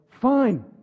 fine